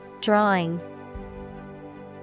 Drawing